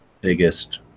biggest